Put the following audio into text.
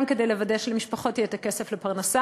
גם כדי לוודא שלמשפחות יהיה הכסף לפרנסה